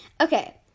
Okay